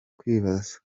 kwibaza